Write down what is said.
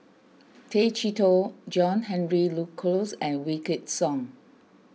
Tay Chee Toh John Henry Duclos and Wykidd Song